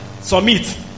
submit